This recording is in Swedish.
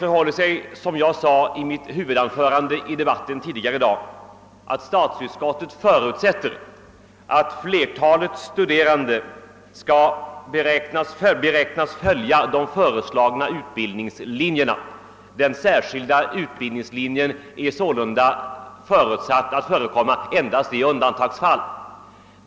Såsom jag sade i mitt huvudanförande tidigare i dag förutsätter statsutskottet att flertalet studerande skall följa de föreslagna utbildningslinjerna och att den särskilda utbildningslinjen endast skall förekomma i undantagsfall.